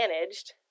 managed